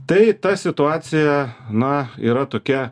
tai ta situacija na yra tokia